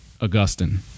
Augustine